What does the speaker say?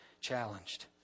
challenged